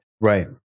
Right